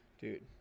dude